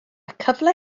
cyfle